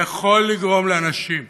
מה יכול לגרום לאנשים